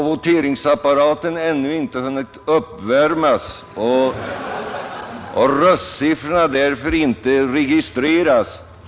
Voteringsapparaten har uppenbarligen ännu inte hunnit uppvärmas så att omröstningsresultatet registreras.